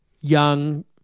young